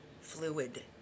fluid